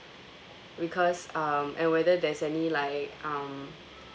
because um and whether there's any like um